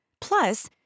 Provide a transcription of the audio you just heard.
Plus